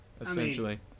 essentially